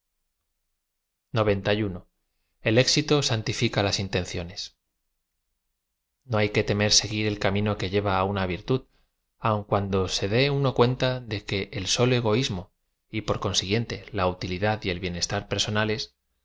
l éxuo iantifica la inuncionét no hay que tem er seguir el camino que lleva á una virtud auq cuando ae dé uno cuenta que el solo egoismo y por consiguiente la utilidad y el bienes tar personales